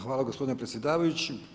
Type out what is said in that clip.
Hvala gospodine predsjedavajući.